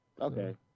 okay